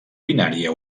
binària